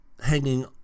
hanging